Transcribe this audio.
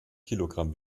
kilogramm